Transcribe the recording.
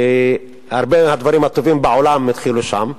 והרבה מהדברים הטובים בעולם התחילו שם.